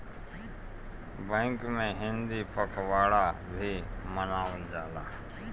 bank में हिंदी पखवाड़ा भी मनावल जाला